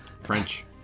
French